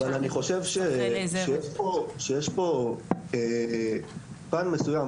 אבל אני חושב שיש פה פן מסוים,